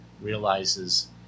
realizes